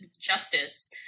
justice